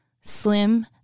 Slim